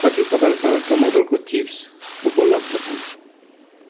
कति प्रकारका टमाटरको चिप्स उपलब्ध छन्